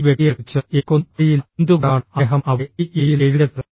ഈ വ്യക്തിയെക്കുറിച്ച് എനിക്കൊന്നും അറിയില്ല എന്തുകൊണ്ടാണ് അദ്ദേഹം അവിടെ ഈ ഇമെയിൽ എഴുതിയത്